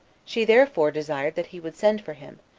she therefore desired that he would send for him,